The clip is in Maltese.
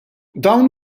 dawn